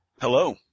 Hello